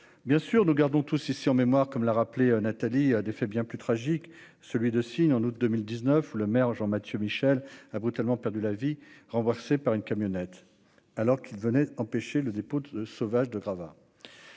bien sûr, nous gardons tous ici en mémoire, comme l'a rappelé Nathalie a défait bien plus tragique, celui de signes en août 2019 le maire Jean Mathieu Michel a brutalement perdu la vie, renversé par une camionnette alors qu'il venait d'empêcher le dépôt de sauvages de gravats.